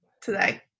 today